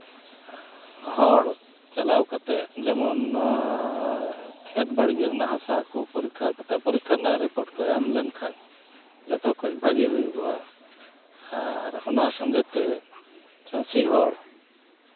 ᱦᱚᱲ ᱪᱟᱞᱟᱣ ᱠᱟᱛᱮᱫ ᱡᱮᱢᱚᱱ ᱠᱷᱮᱛ ᱵᱟᱲᱜᱮ ᱨᱮᱱᱟᱜ ᱦᱟᱥᱟ ᱠᱚ ᱯᱚᱨᱤᱠᱠᱷᱟ ᱠᱟᱛᱮᱫ ᱯᱚᱨᱤᱠᱠᱷᱟ ᱨᱮᱱᱟᱜ ᱨᱤᱯᱳᱨᱴ ᱠᱚ ᱮᱢ ᱞᱮᱱᱠᱷᱟᱡ ᱡᱚᱛᱚ ᱠᱷᱚᱡ ᱵᱷᱟᱹᱜᱤ ᱦᱩᱭᱩᱜᱚᱜᱼᱟ ᱟᱨ ᱚᱱᱟ ᱥᱚᱸᱜᱮ ᱛᱮ ᱪᱟᱹᱥᱤ ᱦᱚᱲ